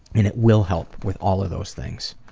and it will help with all of those things.